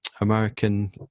American